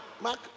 Mark